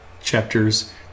chapters